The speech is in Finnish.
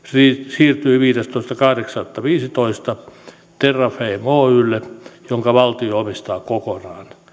siirtyi viidestoista kahdeksatta kaksituhattaviisitoista terrafame oylle jonka valtio omistaa kokonaan